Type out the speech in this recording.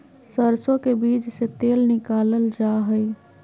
सरसो के बीज से तेल निकालल जा हई